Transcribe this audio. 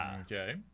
Okay